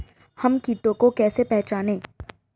हम कीटों को कैसे पहचाने?